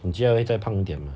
你觉得会再胖点吗